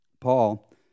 Paul